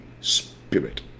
spirit